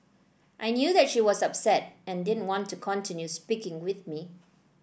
I knew that she was upset and didn't want to continue speaking with me